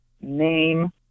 name